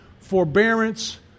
Forbearance